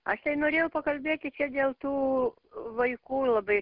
aš tai norėjau pakalbėti čia dėl tų vaikų labai